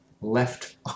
left